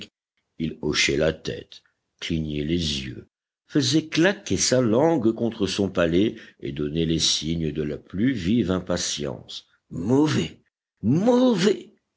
il hochait la tête clignait les yeux faisait claquer sa langue contre son palais et donnait les signes de la plus vive impatience mauvais mauvais